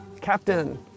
captain